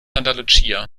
lucia